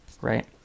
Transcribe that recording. right